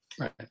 Right